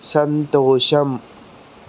సంతోషం